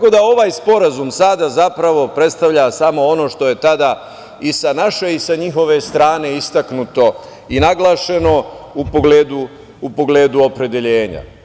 Ovaj sporazum sada zapravo predstavlja samo ono što je tada i sa naše i sa njihove strane istaknuto i naglašeno u pogledu opredeljenja.